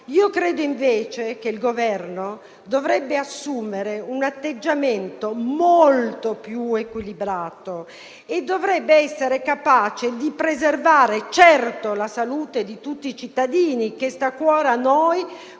credo che il Governo dovrebbe assumere un atteggiamento molto più equilibrato: essere certamente capace di preservare la salute di tutti i cittadini (che sta a cuore a noi